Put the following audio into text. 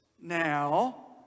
now